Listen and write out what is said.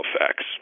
effects